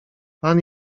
pan